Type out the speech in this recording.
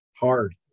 Hard